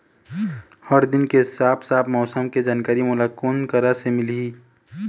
हर दिन के साफ साफ मौसम के जानकारी मोला कोन करा से मिलही?